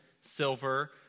silver